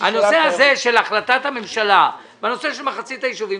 הנושא הזה של החלטת הממשלה בנושא של מחצית הישובים,